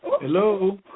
Hello